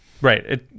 Right